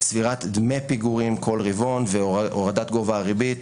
צבירת דמי פיגורים כל רבעון והורדת גובה הריבית